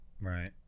Right